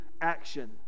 action